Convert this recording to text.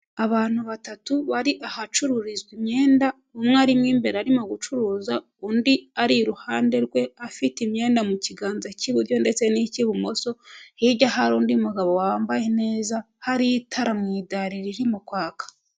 Abantu batatu bari ahacururizwa imyenda, umwe arimo imbere arimo gucuruza, undi ari iruhande rwe afite imyenda mu kiganza cy'iburyo ndetse n'icy'ibumoso, hirya hariri undi mugabo wambaye neza, hari itara mu idari ririmo kwaka.